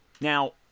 Now